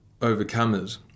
overcomers